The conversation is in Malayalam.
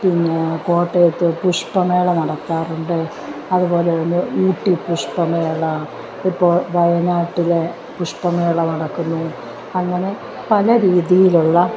പിന്നെ കോട്ടയത്ത് പുഷ്പമേള നടക്കാറുണ്ട് അതുപോലെ തന്നെ ഊട്ടി പുഷ്പമേള ഇപ്പോൾ വയനാട്ടിലെ പുഷ്പമേള നടക്കുന്നു അങ്ങനെ പല രീതിയിലുള്ള